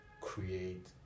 Create